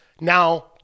now